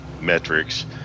metrics